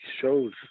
shows